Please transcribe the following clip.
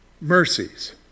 mercies